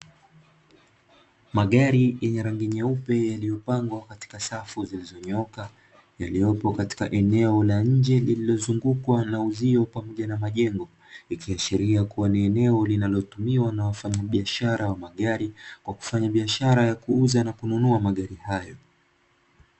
Magari yenye rangi nyeupe yaliyopangwa katika safu ziliyonyooka, yaliyopo katika eneo la nje lililozungukwa na uzio pamoja na majengo, ikiashiria kua ni eneo linalotumiwa na wafanyabiashara wa magari kwa kufanya biashara ya kuuza na kununua magari hayo.